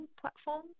platform